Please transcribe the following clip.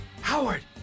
Howard